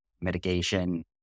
mitigation